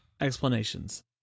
explanations